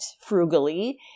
frugally